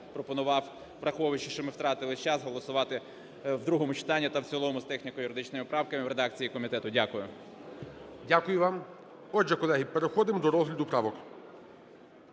пропонував, враховуючи, що ми втратили час, голосувати в другому читанні та в цілому з техніко-юридичними правками в редакції комітету. Дякую. ГОЛОВУЮЧИЙ. Дякую вам. Отже, колеги, переходимо до розгляду правок.